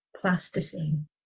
plasticine